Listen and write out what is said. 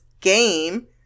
game